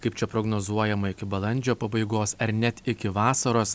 kaip čia prognozuojama iki balandžio pabaigos ar net iki vasaros